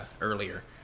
earlier